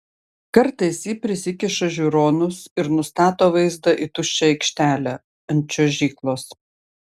kartais ji prisikiša žiūronus ir nustato vaizdą į tuščią aikštelę ant čiuožyklos